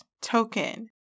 Token